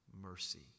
mercy